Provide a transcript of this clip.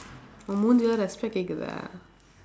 உன் மூஞ்சுக்கு எல்லாம்:un muunjsukku ellaam respect கேட்குதா:keetkuthaa